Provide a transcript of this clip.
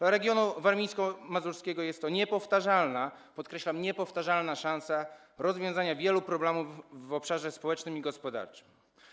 Dla regionu warmińsko-mazurskiego jest to niepowtarzalna - podkreślam: niepowtarzalna - szansa rozwiązania wielu problemów w obszarze społecznym i gospodarczym.